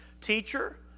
Teacher